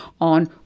on